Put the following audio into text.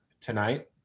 tonight